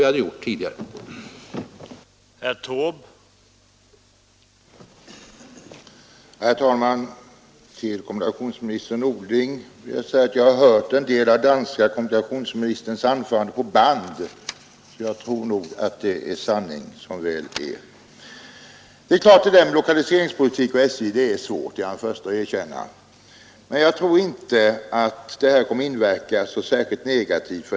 sista inlägg, där han inte är främmande